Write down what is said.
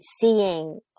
seeing